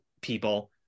people